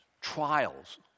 trials